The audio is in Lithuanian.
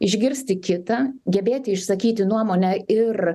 išgirsti kitą gebėti išsakyti nuomonę ir